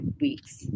weeks